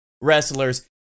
wrestlers